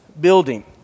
building